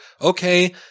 okay